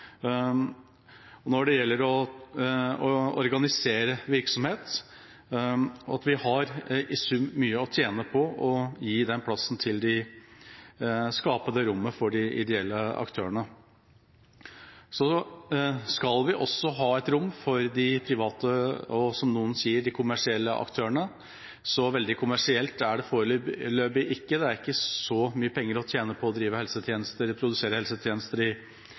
og når det gjelder å organisere virksomhet, og at vi i sum har mye å tjene på å skape det rommet for de ideelle aktørene. Vi skal også ha et rom for de private og, som noen sier, de kommersielle aktørene. Så veldig kommersielt er det foreløpig ikke – det er ikke så mange penger å tjene på å drive helsetjenester i